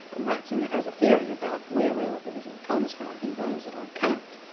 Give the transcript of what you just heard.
ratzinger has a theory about where relativism comes from he blames it on kant.